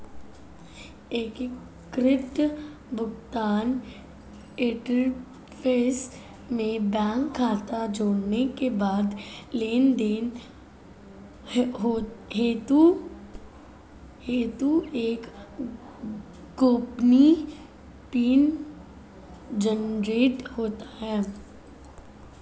एकीकृत भुगतान इंटरफ़ेस में बैंक खाता जोड़ने के बाद लेनदेन हेतु एक गोपनीय पिन जनरेट होता है